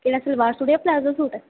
केह् सीह्ना सिर्फ प्लाजो सूट